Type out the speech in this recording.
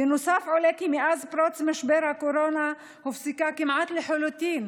בנוסף עולה כי מאז פרוץ משבר הקורונה הופסקו כמעט לחלוטין